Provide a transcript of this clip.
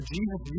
Jesus